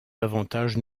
avantages